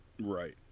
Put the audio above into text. right